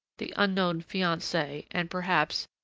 the unknown fiancee, and, perhaps,